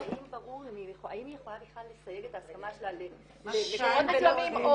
האם היא יכולה לסייג את ההסכמה שלה למקומות מסוימים?